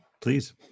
Please